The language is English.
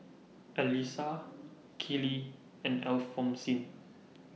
Elisa Keely and Alphonsine